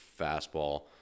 fastball